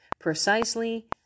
precisely